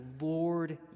Lord